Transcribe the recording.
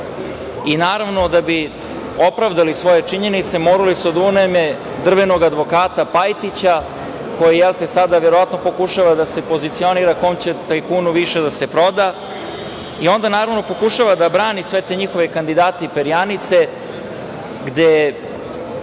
Naravno, da bi opravdali svoje činjenice morali su da unajme drvenog advokata Pajtića, koji sada verovatno pokušava da se pozicionira kom će tajkunu više da se proda. Onda pokušava naravno da brani sve te njihove kandidate i perjanice, gde